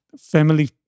family